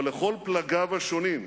אבל לכל פלגיו השונים,